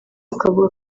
akavuga